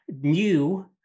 new